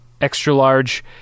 extra-large